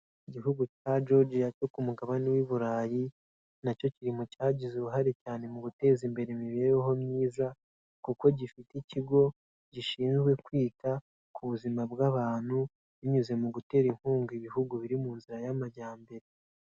Igihugu cya Georgia cyo ku mugabane w'i Burayi, na cyo kiri mu cyagize uruhare cyane mu guteza imbere imibereho myiza kuko gifite ikigo gishinzwe kwita ku buzima bw'abantu, binyuze mu gutera inkunga ibihugu biri mu nzira y'amajyambere.